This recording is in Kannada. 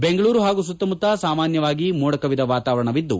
ಬೆಂಗಳೂರು ಹಾಗೂ ಸುತ್ತಮುತ್ತ ಸಾಮಾನ್ಥವಾಗಿ ಮೋಡದ ವಾತಾವರಣವಿದ್ದು